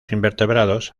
invertebrados